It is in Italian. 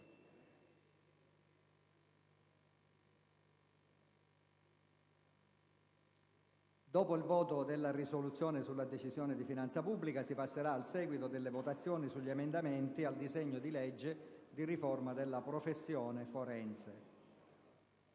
Dopo il voto della risoluzione sulla Decisione di finanza pubblica, si passerà al seguito delle votazioni sugli emendamenti al disegno di legge di riforma della professione forense.